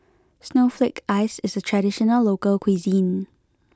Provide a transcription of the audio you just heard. Snowflake Ice is a traditional local cuisine